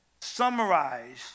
summarize